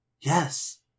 Yes